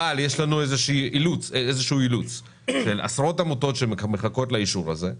יש לנו אילוץ של עשרות עמותות שמחכות לאישור הזה,